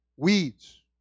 Weeds